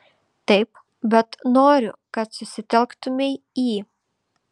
taip bet noriu kad susitelktumei į